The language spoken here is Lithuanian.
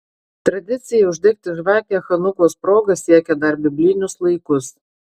tradicija uždegti žvakę chanukos proga siekia dar biblinius laikus